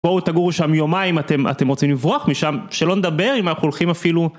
בואו תגורו שם יומיים, אתם אתם רוצים לברוח משם, שלא נדבר אם אנחנו הולכים אפילו...